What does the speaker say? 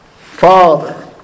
father